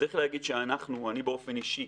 צריך להגיד שאנחנו אני באופן אישי,